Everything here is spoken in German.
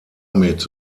mit